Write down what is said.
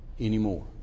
anymore